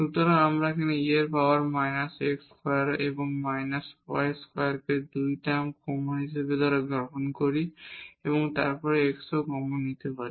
সুতরাং যদি আমরা এই e power minus x square এবং মাইনাস y স্কোয়ারকে 2 টার্ম কমন দ্বারা গ্রহণ করি এবং আমরা এই x কমনও নিতে পারি